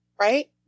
right